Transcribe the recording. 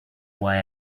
why